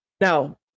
Now